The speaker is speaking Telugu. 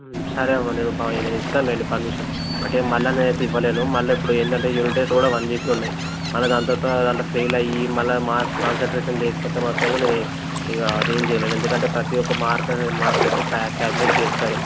సరే అమ్మా నేను ప నేను ఇస్తానులెండి పర్మిషన్ మళ్ళీ నేను అయితే ఇవ్వలేను మళ్ళీ ఇప్పుడు ఏంటంటే యూనిట్ టెస్ట్లు కూడా వన్ వీక్లో ఉన్నాయి మళ్ళీ దాని తతరువాత దాంట్లో ఫెయిల్ అయ్యి మళ్ళీ మార్క్ కాన్సన్ట్రేషన్ లేకపోతే మాత్రం కూడా ఇక నేను అదేమి చేయలేను ఏందుకంటే ప్రతీ ఒక్క మార్క్ అనేది మార్క్స్ కూడా కాలిక్యులేట్ చేస్తారు